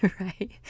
right